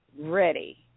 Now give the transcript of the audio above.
ready